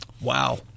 Wow